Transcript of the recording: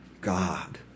God